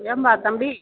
ஏன்ப்பா தம்பி